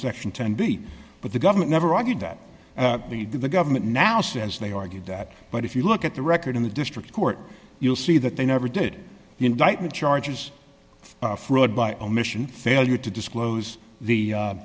section ten b but the government never argued that they did the government now says they argued that but if you look at the record in the district court you'll see that they never did the indictment charges of fraud by omission failure to disclose the